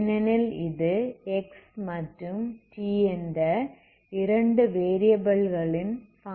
ஏனெனில் இது x மற்றும் t என்ற 2 வேரியபில்களின் பங்க்ஷன் ஆகும்